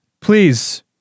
please